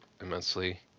immensely